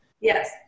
Yes